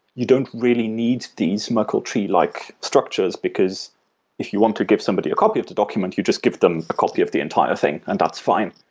you don't really need these merkel tree-like structures, because if you want to give somebody a copy of the document, you just give them a copy of the entire thing and that's fine.